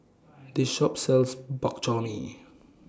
This Shop sells Bak Chor Mee